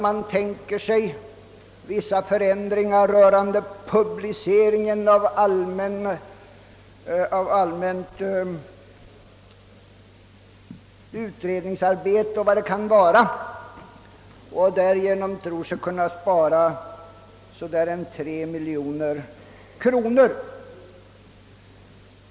Man tänker sig vissa förändringar rörande den statliga publiceringsverksamheten. Därigenom tror man sig kunna spara ungefär 3 miljoner kronor.